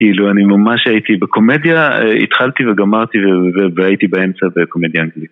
כאילו אני ממש הייתי בקומדיה, התחלתי וגמרתי והייתי באמצע זה קומדיה אנגלית.